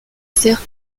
sert